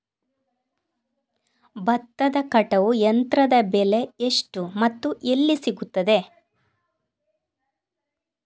ಭತ್ತದ ಕಟಾವು ಯಂತ್ರದ ಬೆಲೆ ಎಷ್ಟು ಮತ್ತು ಎಲ್ಲಿ ಸಿಗುತ್ತದೆ?